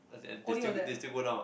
as in they still they still go down ah